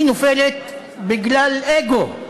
היא נופלת בגלל אגו,